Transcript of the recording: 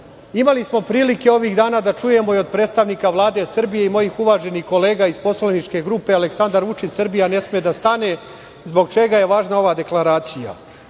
Imali smo prilike ovih dana da čujemo i od predstavnika Vlade Srbije i mojih uvaženih kolega iz poslaničke grupe „Aleksandar Vučić – Srbija ne sme da stane“ zbog čega je važna ova deklaracija.